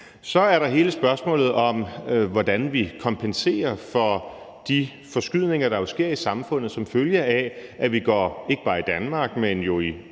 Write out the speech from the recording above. Så er der hele spørgsmålet om, hvordan vi kompenserer for de forskydninger, der jo sker i samfundet som følge af, at vi ikke bare i Danmark, men jo i